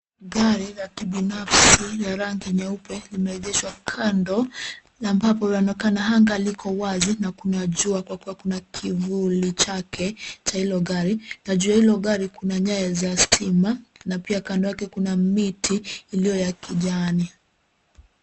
Gari la kibinafsi la rangi nyeupe limeegeshwa kando na ambapo panaonekana kuwa anga liko wazi na kuna jua kwa kuwa kuna kivuli chake cha hilo gari na juu ya hilo gari kuna nyaya za stima na pia kando yake kuna miti iliyoya kijani.